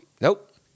nope